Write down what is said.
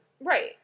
Right